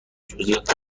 جزئیات